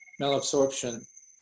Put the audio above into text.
malabsorption